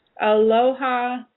Aloha